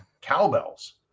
cowbells